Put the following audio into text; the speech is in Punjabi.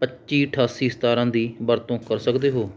ਪੱਚੀ ਅਠਾਸੀ ਸਤਾਰਾਂ ਦੀ ਵਰਤੋਂ ਕਰ ਸਕਦੇ ਹੋ